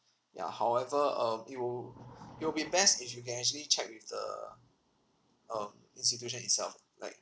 ya however um it will it will be best if you can actually check with the um institution itself like